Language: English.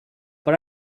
but